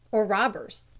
or robbers.